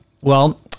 well-